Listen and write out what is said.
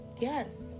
yes